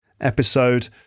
episode